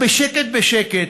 בשקט בשקט,